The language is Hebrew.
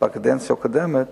בקדנציה הקודמת